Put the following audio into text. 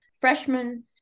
freshman